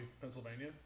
Pennsylvania